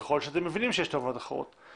ככל שאתם מבינים שיש תובנות אחרות,